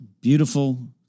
beautiful